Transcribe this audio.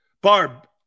Barb